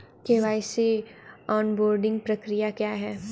KYC onboarding प्रक्रिया क्या है?